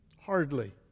Hardly